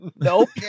nope